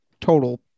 total